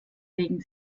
legen